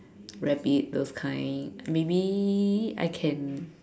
rabbit those kind maybe I can